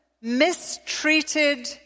mistreated